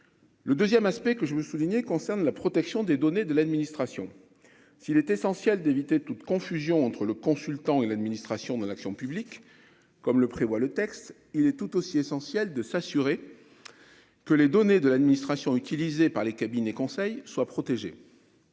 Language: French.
le 2ème aspect que je veux souligner concerne la protection des données de l'administration, s'il est essentiel d'éviter toute confusion entre le consultant et l'administration de l'action publique, comme le prévoit le texte, il est tout aussi essentiel de s'assurer que les données de l'administration utilisés par les cabinets conseils soient protégés,